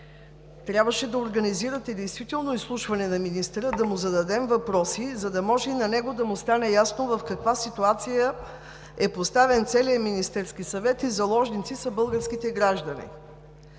трябваше да организирате действително изслушване на министъра, за да му зададем въпроси, за да може и на него да му стане ясно в каква ситуация е поставен целият Министерския съвет, като заложници са българските граждани.